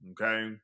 okay